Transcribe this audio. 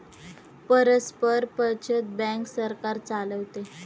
परस्पर बचत बँक सरकार चालवते